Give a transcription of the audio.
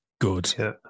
good